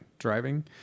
driving